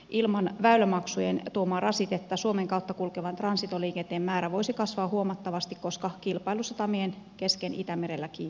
ilman väylämaksujen tuomaa rasitetta suomen kautta kulkevan transitoliikenteen määrä voisi kasvaa huomattavasti koska kilpailu satamien kesken itämerellä kiihtyy